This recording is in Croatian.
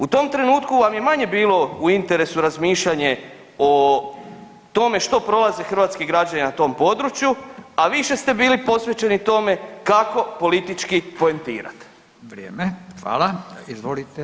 U tom trenutku vam je manje bilo u interesu razmišljanje o tome što prolaze hrvatski građani na tom području, a više ste bili posvećeni tome kako politički poentirat.